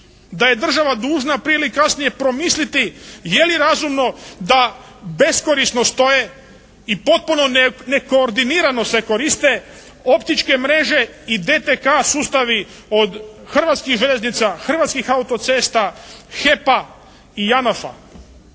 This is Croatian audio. da je država dužna prije ili kasnije promisliti je li razumno da beskorisno stoje i potpuno nekoordinirano se koriste optičke mreže i DTK-a sustavi od Hrvatskih željeznica, Hrvatskih autocesta, HEP-a i ANAF-a.